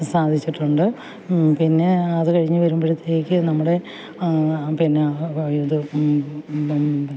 സാധിച്ചിട്ടുണ്ട് പിന്നെ അത് കഴിഞ്ഞു വരുമ്പോഴത്തേക്ക് നമ്മുടെ പിന്നെ ഇത്